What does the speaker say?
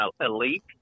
elite